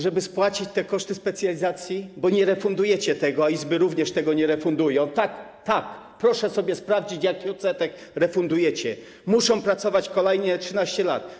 Żeby spłacić te koszty specjalizacji, bo nie refundujecie tego, a izby również tego nie refundują - tak, tak, proszę sobie sprawdzić, jaki odsetek refundujecie - muszą pracować kolejne 13 lat.